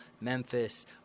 Memphis